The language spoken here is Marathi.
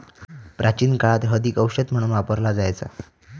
प्राचीन काळात हळदीक औषध म्हणून वापरला जायचा